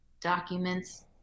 documents